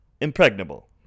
Impregnable